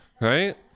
right